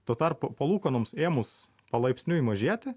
tuo tarpu palūkanoms ėmus palaipsniui mažėti